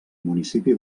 municipi